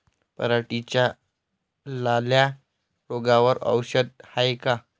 पराटीच्या लाल्या रोगावर औषध हाये का?